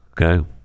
okay